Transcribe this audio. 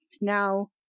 Now